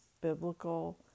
biblical